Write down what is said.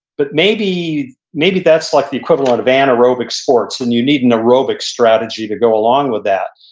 but maybe maybe that's like the equivalent of anaerobic sports and you need an aerobic strategy to go along with that.